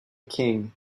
king